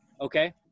okay